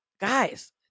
guys